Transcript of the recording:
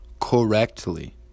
correctly